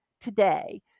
today